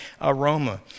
aroma